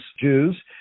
Jews